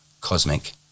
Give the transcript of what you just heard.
cosmic